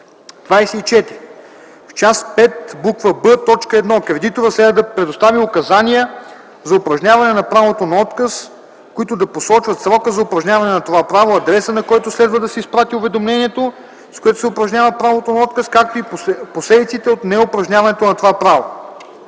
24. В част V, буква „б”, т. 1 кредиторът следва да предостави указания за упражняване на правото на отказ, които да посочват срока за упражняване на това право, адреса, на който следва да се изпрати уведомлението, с което се упражнява правото на отказ, както и последиците от неупражняването на това право.